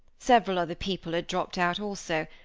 several other people had dropped out also,